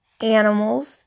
animals